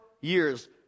years